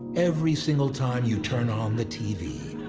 every single time you turn on the tv.